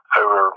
over